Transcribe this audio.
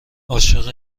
عاشق